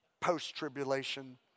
post-tribulation